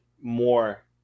more